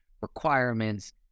requirements